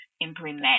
implement